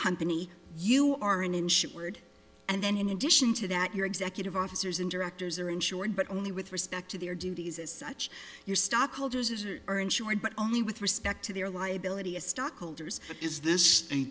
company you are an insured and then in addition to that your executive officers and directors are insured but only with respect to their duties as such your stockholders are insured but only with respect to their liability as stockholders is this